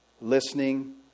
listening